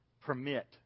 permit